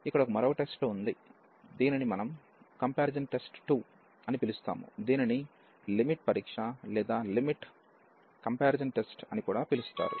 ఇక్కడ మరొక టెస్ట్ ఉంది దీనిని మనం కంపారిజాన్ టెస్ట్ 2 అని పిలుస్తాము లేదా దీనిని లిమిట్ పరీక్ష లేదా లిమిట్ కంపారిజాన్ టెస్ట్ అని కూడా పిలుస్తారు